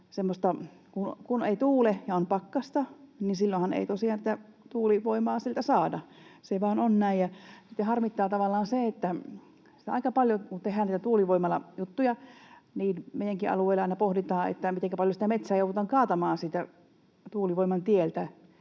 Kun ei tuule ja on pakkasta, niin silloinhan ei tosiaan tätä tuulivoimaa saada. Se vaan on näin. Ja harmittaa tavallaan se, että aika paljon, kun tehdään niitä tuulivoimalajuttuja, meidänkin alueella aina pohditaan, mitenkä paljon sitä metsää joudutaan kaatamaan tuulivoiman tieltä.